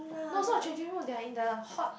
no is not changing room they're in the hot